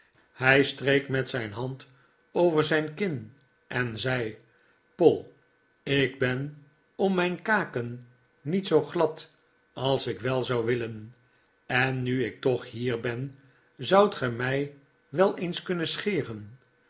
hij streek met zijn hand over zijn kin en zei poll ik ben om mijn kaken niet zoo glad als ik wel zou willen en nu ik toch hier ben zoudt ge mij wel eens kunnen scheren